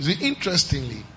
Interestingly